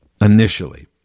initially